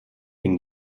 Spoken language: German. den